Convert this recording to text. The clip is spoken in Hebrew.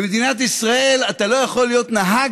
במדינת ישראל אתה לא יכול להיות נהג